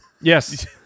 Yes